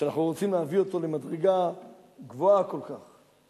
שאנחנו רוצים להביא אותו למדרגה גבוהה כל כך.